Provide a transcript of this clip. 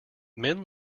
men